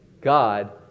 God